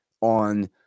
on